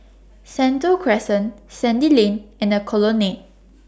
Sentul Crescent Sandy Lane and Colonnade